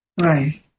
Right